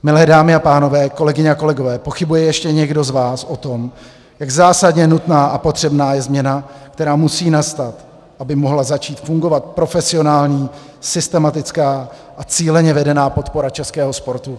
Milé dámy a pánové, kolegyně a kolegové, pochybuje ještě někdo z vás o tom, jak zásadně nutná a potřebná je změna, která musí nastat, aby mohla začít fungovat profesionální, systematická a cíleně vedená podpora českého sportu?